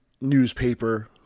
newspaper